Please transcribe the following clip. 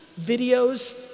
videos